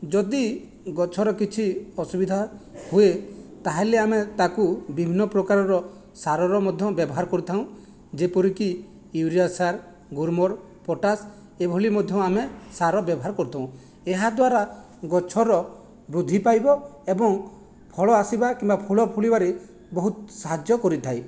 ଯଦି ଗଛର କିଛି ଅସୁବିଧା ହୁଏ ତାହେଲେ ଆମେ ତାକୁ ବିଭିନ୍ନ ପ୍ରକାରର ସାରର ମଧ୍ୟ ବ୍ୟବହାର କରିଥାଉଯେପରିକି ୟୁରିଆ ସାର ଗୁର୍ମର ପଟାସ ଏହିଭଳି ମଧ୍ୟ ଆମେ ସାର ବ୍ୟବହାର କରିଥାଉ ଏହା ଦ୍ଵାରା ଗଛର ବୃଦ୍ଧି ପାଇବ ଏବଂ ଫଳ ଆସିବା କିମ୍ବା ଫୁଲ ଫୁଳିବାରେ ବହୁତ ସାହାଯ୍ୟ କରିଥାଏ